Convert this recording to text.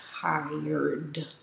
tired